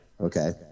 Okay